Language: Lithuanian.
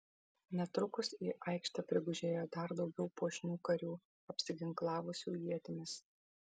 netrukus į aikštę prigužėjo dar daugiau puošnių karių apsiginklavusių ietimis